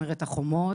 שומרת החומות,